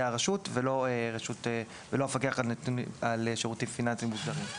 הרשות ולא המפקח על שירותים פיננסיים מוסדרים.